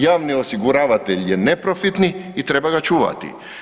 Javni osiguravatelj je neprofitni i treba ga čuvati.